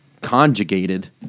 conjugated